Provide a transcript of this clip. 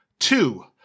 Two